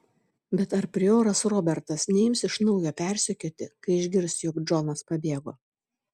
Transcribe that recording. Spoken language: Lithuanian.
bet ar prioras robertas neims iš naujo persekioti kai išgirs jog džonas pabėgo